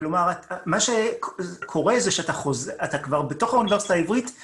כלומר, מה שקורה זה שאתה כבר בתוך האוניברסיטה העברית...